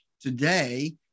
today